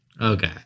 Okay